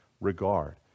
regard